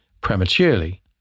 prematurely